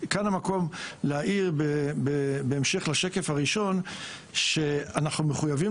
כאן המקום להעיר בהמשך לשקף הראשון שאנחנו מחויבים